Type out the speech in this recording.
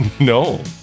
No